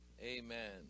Amen